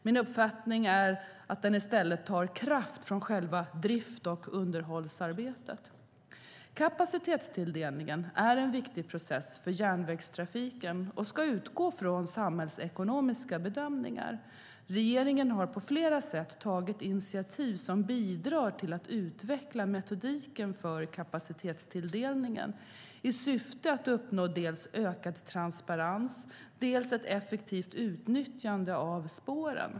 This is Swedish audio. Min uppfattning är att den i stället tar kraft från själva drift och underhållsarbetet. Kapacitetstilldelningen är en viktig process för järnvägstrafiken och ska utgå från samhällsekonomiska bedömningar. Regeringen har på flera sätt tagit initiativ som bidrar till att utveckla metodiken för kapacitetstilldelningen i syfte att uppnå dels ökad transparens, dels ett effektivt utnyttjande av spåren.